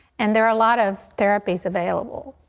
and there are a lot of therapies available.